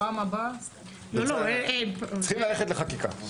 צריך ללכת לחקיקה.